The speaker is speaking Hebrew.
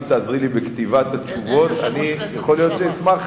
אם תעזרי לי בכתיבת התשובות יכול להיות שאני אשמח.